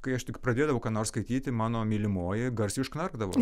kai aš tik pradėdavau ką nors skaityti mano mylimoji garsiai užknarkdavo